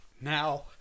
now